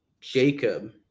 jacob